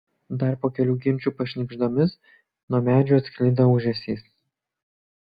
dar po kelių ginčų pašnibždomis nuo medžių atsklido ūžesys